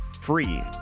free